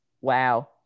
Wow